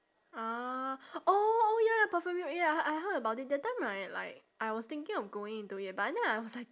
ah oh ya perfumery ya I heard about it that time right like I was thinking of going into it but in the end I was like